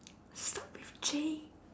start with J